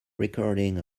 recording